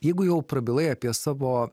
jeigu jau prabilai apie savo